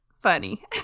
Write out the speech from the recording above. funny